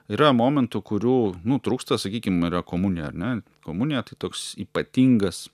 yra momentų kurių nu trūksta sakykim yra komunija ar ne komunija tai toks ypatingas